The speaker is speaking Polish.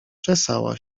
czesała